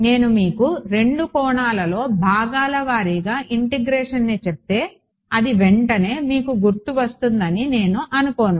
నేను మీకు రెండు కోణాలలో భాగాల వారీగా ఇంటిగ్రేషన్ని చెబితే అది వెంటనే మీకు గుర్తు వస్తుందని నేను అనుకోను